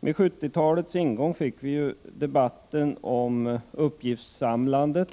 Med 1970-talets ingång fick vi debatten 129 om uppgiftssamlandet.